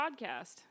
podcast